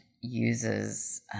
uses